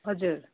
हजुर